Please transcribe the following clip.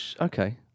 okay